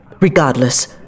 Regardless